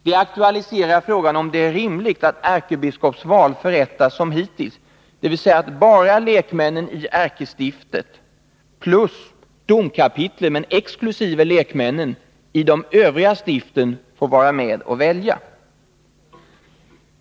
Det aktualiserar frågan om det är rimligt att ärkebiskopsval förrättas som hittills, dvs. att bara lekmännen i ärkestiftet plus domkapitlet men exkl. lekmännen i de övriga stiften får vara med och välja.